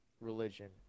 religion